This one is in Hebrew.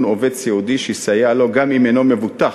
עובד סיעודי שיסייע לו גם אם אינו מבוטח?